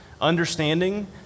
understanding